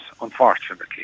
unfortunately